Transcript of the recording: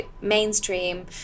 mainstream